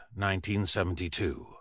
1972